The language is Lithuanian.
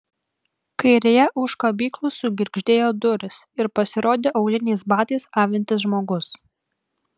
kairėje už kabyklų sugirgždėjo durys ir pasirodė auliniais batais avintis žmogus